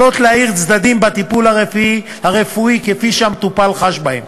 יכולות להאיר צדדים בטיפול הרפואי כפי שהמטופל חש בהם.